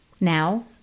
now